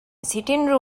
ސިޓިންގ